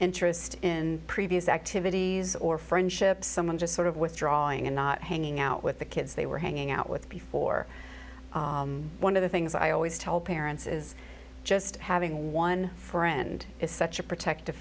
interest in previous activities or friendships someone just sort of withdrawing and not hanging out with the kids they were hanging out with before one of the things i always tell parents is just having one friend is such a protective